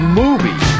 movie